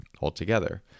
altogether